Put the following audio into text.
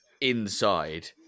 inside